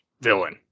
villain